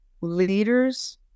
leaders